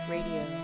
Radio